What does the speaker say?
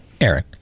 Aaron